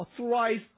authorized